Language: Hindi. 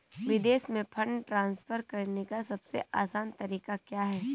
विदेश में फंड ट्रांसफर करने का सबसे आसान तरीका क्या है?